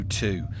two